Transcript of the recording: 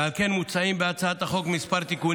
ועל כן מוצעים בהצעת החוק כמה תיקונים